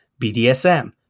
BDSM